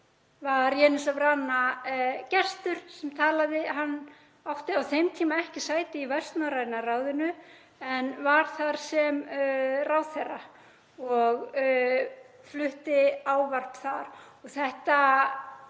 var Jenis av Rana gestur sem talaði en hann átti á þeim tíma ekki sæti í Vestnorræna ráðinu en var þar sem ráðherra og flutti ávarp. Þetta